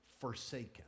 forsaken